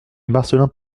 marcellin